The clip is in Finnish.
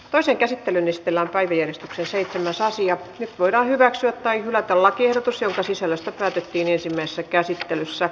toisen käsittelyn estelä päivi ristyksessä että jos asiat voidaan hyväksyä tai hylätä lakiehdotus jonka sisällöstä päätettiin ensimmäisessä käsittelyssä